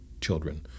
children